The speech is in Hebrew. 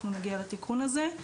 אנחנו נגיע לתיקון הזה.